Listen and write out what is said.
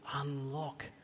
unlock